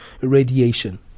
radiation